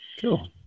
Cool